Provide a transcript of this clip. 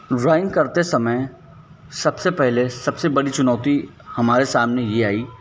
drawing करते समय सबसे पहले सबसे बड़ी चुनौती हमारे सामने ये आई